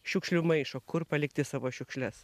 šiukšlių maišo kur palikti savo šiukšles